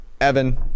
Evan